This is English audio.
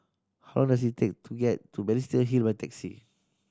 how long is it take to get to Balestier Hill by taxi